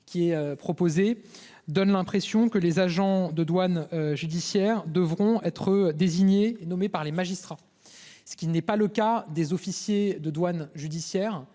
que vous proposez semble impliquer que les agents de douane judiciaire seront désignés et nommés par des magistrats, ce qui n'est pas le cas des officiers de douane judiciaire.